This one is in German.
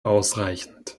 ausreichend